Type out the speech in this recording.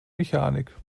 mechanik